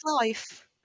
life